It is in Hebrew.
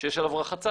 שיש עליו רחצה,